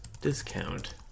discount